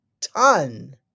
ton